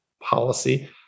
policy